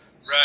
Right